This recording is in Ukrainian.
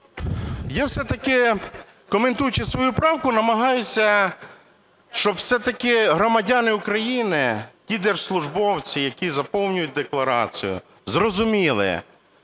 Я все-таки, коментуючи свою правку, намагаюся, щоб все-таки громадяни України і держслужбовці, які заповнюють декларацію, зрозуміли,